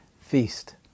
feast